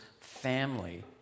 family